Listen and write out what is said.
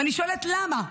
ואני שואלת: למה?